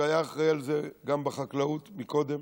שהיה אחראי לזה גם בחקלאות קודם